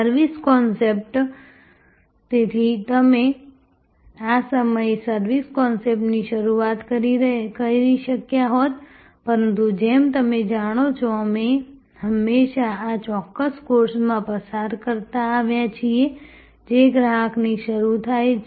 service concept તેથી અમે આ સાથે સર્વિસ કોન્સેપ્ટની શરૂઆત કરી શક્યા હોત પરંતુ જેમ તમે જાણો છો અમે હંમેશા આ ચોક્કસ કોર્સમાં પ્રચાર કરતા આવ્યા છીએ જે ગ્રાહકથી શરૂ થાય છે